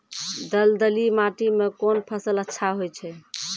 दलदली माटी म कोन फसल अच्छा होय छै?